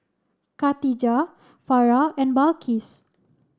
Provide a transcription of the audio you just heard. Katijah Farah and Balqis